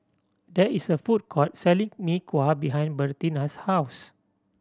there is a food court selling Mee Kuah behind Bertina's house